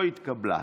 לא התקבלה.